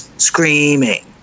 screaming